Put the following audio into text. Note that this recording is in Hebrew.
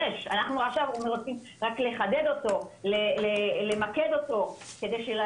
אנחנו עכשיו רוצים רק לחדד אותו, למקד אותו כדי.